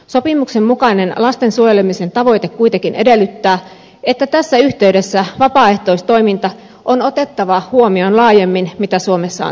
sopimuksen mukainen lasten suojelemisen tavoite kuitenkin edellyttää että tässä yhteydessä vapaaehtoistoiminta on otettava huomioon laajemmin mitä suomessa on tehty